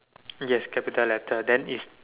yes capital letter then is